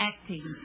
acting